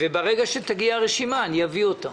ברגע שתגיע הרשימה אני אביא אותה.